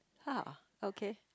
ha okay